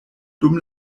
dum